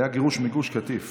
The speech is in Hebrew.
היה גירוש מגוש קטיף.